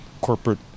corporate